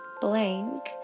blank